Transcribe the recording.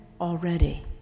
already